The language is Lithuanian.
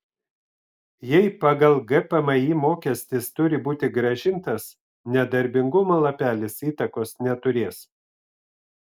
jei pagal gpmį mokestis turi būti grąžintas nedarbingumo lapelis įtakos neturės